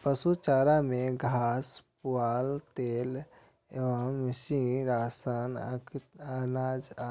पशु चारा मे घास, पुआर, तेल एवं मिश्रित राशन, अंकुरित अनाज आ